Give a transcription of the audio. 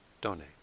donate